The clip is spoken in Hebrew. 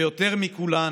/ ויותר מכולן,